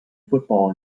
football